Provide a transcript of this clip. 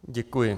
Děkuji.